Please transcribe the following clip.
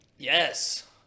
Yes